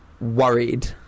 worried